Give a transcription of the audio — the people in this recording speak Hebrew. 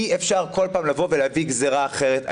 אי אפשר כל פעם לבוא ולהטיל גזירה אחרת.